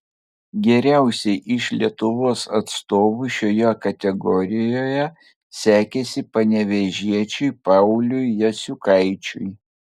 geriausiai iš lietuvos atstovų šioje kategorijoje sekėsi panevėžiečiui pauliui jasiukaičiui